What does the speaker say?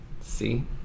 See